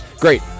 Great